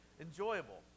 enjoyable